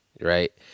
right